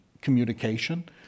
communication